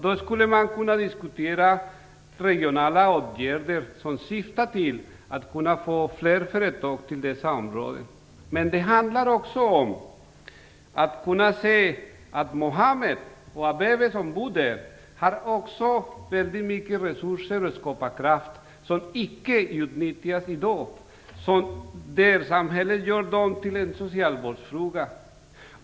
Då kan man diskutera regionala åtgärder som syftar till att få fler företag till dessa områden. Men det handlar också om att kunna se att Muhammed och Aveve, som bor där, också har väldigt mycket resurser och skaparkraft som icke utnyttjas i dag. Samhället gör dem till en socialvårdsfråga.